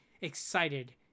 excited